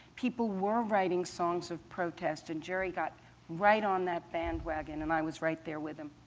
people were writing songs of protest, and gerry got right on that bandwagon, and i was right there with them.